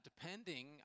depending